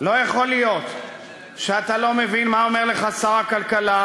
לא יכול להיות שאתה לא מבין מה אומר לך שר הכלכלה,